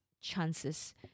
chances